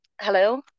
Hello